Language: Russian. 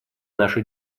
наша